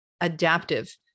adaptive